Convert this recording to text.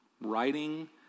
writing